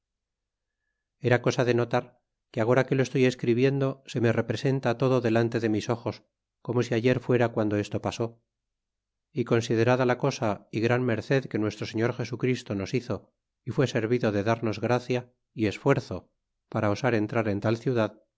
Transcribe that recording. era cosa de notar que agora que lo estoy escribiendo se me representa todo delante de mis ojos como si ayer fuera guando esto pasó y considerada la cosa y gran merced que nuestro señor jesu christo nos hizo y fué servido de darnos gracia y esfuerzo para osar entrar en tal ciudad